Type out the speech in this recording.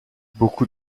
beaucoup